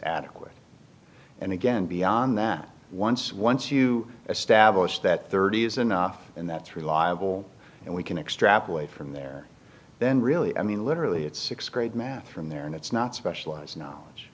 adequate and again beyond that once once you establish that thirty is enough and that's reliable and we can extrapolate from there then really i mean literally it's sixth grade math from there and it's not specialized knowledge